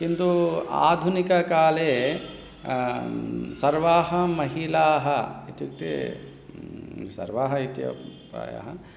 किन्तु आधुनिककाले सर्वाः महिलाः इत्युक्ते सर्वाः इत्येवं प्रायः